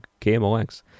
KMOX